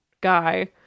guy